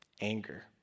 Anger